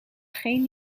geen